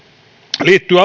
liittyy